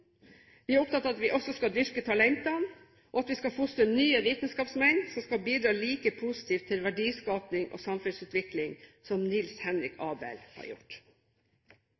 Vi er opptatt av at vi også skal dyrke talentene og fostre nye vitenskapsmenn som kan bidra like positivt til verdiskaping og samfunnsutvikling som Niels Henrik Abel har gjort.